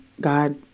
god